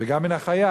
וגם מן החיה.